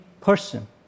person